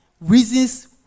reasons